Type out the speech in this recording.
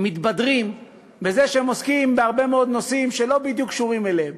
מתהדרים בזה שהם עוסקים בהרבה מאוד נושאים שלא בדיוק קשורים אליהם.